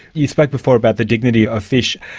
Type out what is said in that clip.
you spoke before about the dignity of fish,